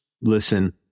listen